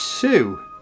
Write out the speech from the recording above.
two